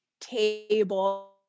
table